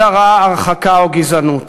הדרה, הרחקה או גזענות.